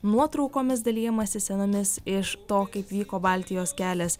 nuotraukomis dalijamasi senomis iš to kaip vyko baltijos kelias